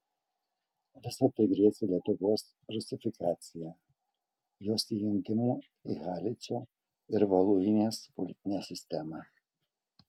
visa tai grėsė lietuvos rusifikacija jos įjungimu į haličo ir voluinės politinę sistemą